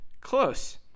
Close